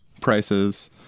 prices